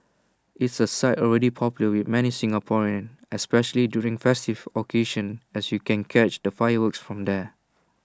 it's A site already popular with many Singaporeans especially during festive occasions as you can catch the fireworks from there